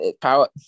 Power